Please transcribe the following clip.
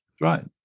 Right